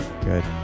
good